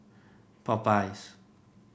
Popeyes